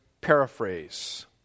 paraphrase